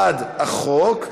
בעד בחוק.